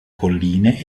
colline